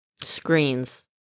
screens